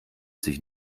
sich